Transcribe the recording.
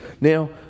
Now